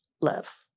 love